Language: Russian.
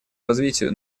развитию